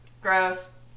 Gross